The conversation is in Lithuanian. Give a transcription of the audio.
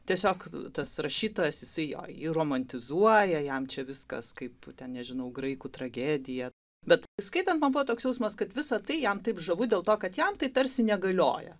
tiesiog tas rašytojas jisai jo jį romantizuoja jam čia viskas kaip ten nežinau graikų tragedija bet skaitant man buvo toks jausmas kad visa tai jam taip žavu dėl to kad jam tai tarsi negalioja